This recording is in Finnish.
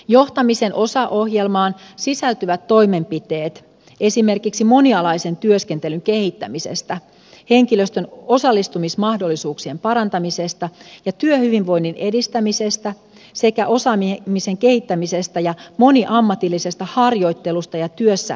johtamisen osa ohjelmaan sisältyvät toimenpiteet esimerkiksi monialaisen työskentelyn kehittämisestä henkilöstön osallistumismahdollisuuksien parantamisesta ja työhyvinvoinnin edistämisestä sekä osaamisen kehittämisestä ja moniammatillisesta harjoittelusta ja työssä oppimisesta